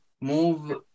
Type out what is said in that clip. move